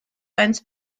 eins